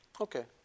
Okay